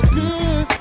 good